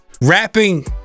rapping